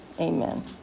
amen